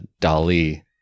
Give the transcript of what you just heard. Dali